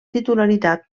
titularitat